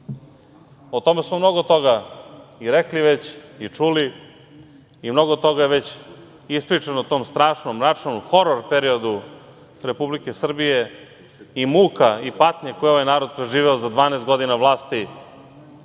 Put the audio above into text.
O tome smo mnogo toga i rekli već i čuli, i mnogo toga je već ispričano o tom strašnom, mračnom, horor periodu Republike Srbije i muka i patnje koje je ovaj narod preživeo za 12 godina vlasti